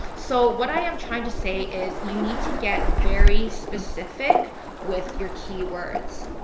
so what i am trying to say is you need to get very specific with your keywords.